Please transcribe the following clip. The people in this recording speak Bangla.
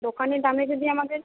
দোকানে দামে যদি আমাদের